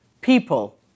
people